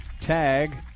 tag